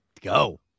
go